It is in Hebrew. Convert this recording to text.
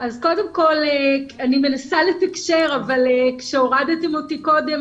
אני מנסה לתקשר אבל כשהורדתם אותי קודם,